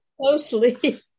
closely